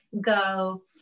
go